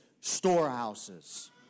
storehouses